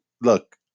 look